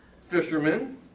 fishermen